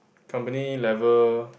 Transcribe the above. company level